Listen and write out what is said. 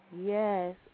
Yes